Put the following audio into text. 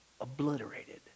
obliterated